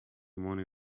money